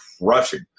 crushing